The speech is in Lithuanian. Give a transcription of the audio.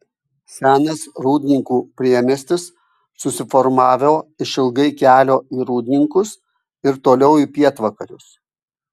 senas rūdninkų priemiestis susiformavo išilgai kelio į rūdninkus ir toliau į pietvakarius